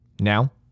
Now